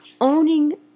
owning